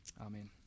Amen